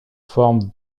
forme